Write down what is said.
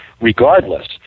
regardless